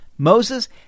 Moses